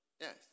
Yes